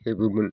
हेबोमोन